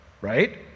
right